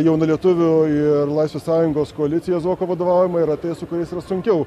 jaunalietuvių ir laisvės sąjungos koalicija zuoko vadovaujama yra tie su kuriais sunkiau